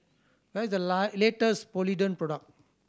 where is the latest Polident product